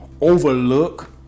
overlook